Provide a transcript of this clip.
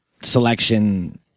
selection